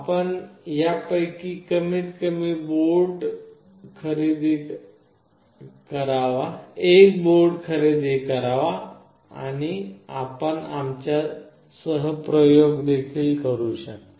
आपण यापैकी कमीतकमी एक बोर्ड खरेदी करावा आणि आपण आमच्यासह प्रयोग देखील करु शकता